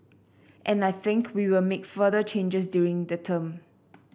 and I think we will make further changes during the term